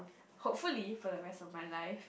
hopefully for the rest of my life